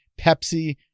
Pepsi